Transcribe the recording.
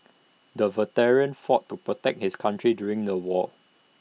the veteran fought to protect his country during the war